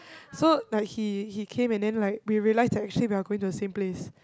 so like he he came and then like we realise that actually we are going to the same place